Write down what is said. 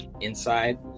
Inside